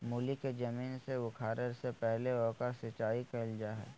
मूली के जमीन से उखाड़े से पहले ओकर सिंचाई कईल जा हइ